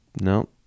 no